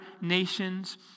nations